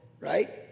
Right